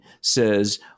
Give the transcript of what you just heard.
says